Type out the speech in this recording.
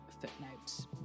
footnotes